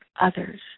others